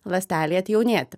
ląstelei atjaunėti